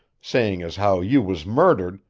saying as how you was murdered,